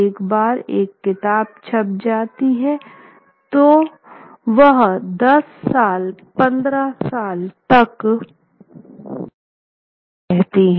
एक बार एक किताब छपी जाती है तो वह 10 साल 15 साल तक वैसे ही रहती है